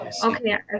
Okay